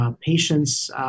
Patients